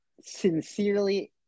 sincerely